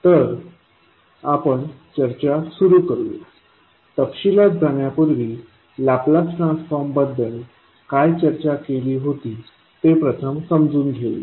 तर आपण चर्चा सुरू करूया तपशिलात जाण्यापूर्वी लाप्लास ट्रान्सफॉर्म बद्दल काय चर्चा केली होती ते प्रथम समजून घेऊया